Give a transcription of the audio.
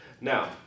Now